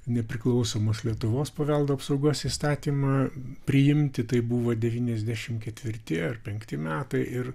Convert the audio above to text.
nepriklausomos lietuvos paveldo apsaugos įstatymą priimti tai buvo devyniasdešimt ar penkti metai ir